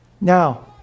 Now